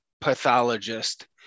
pathologist